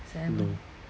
no